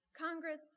Congress